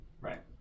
Right